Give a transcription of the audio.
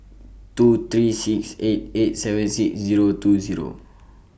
two three six eight eight seven six Zero two Zero